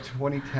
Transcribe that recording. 2010